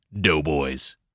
doughboys